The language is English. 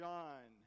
John